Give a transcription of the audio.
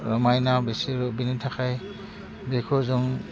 रमायना बिसोरो बेनि थाखाय बेखौ जों